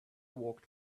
walked